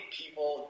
people